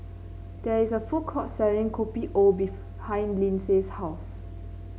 there is a food court selling Kopi O Lindsey's house